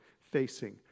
facing